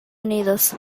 unidos